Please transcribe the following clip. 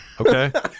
Okay